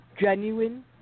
genuine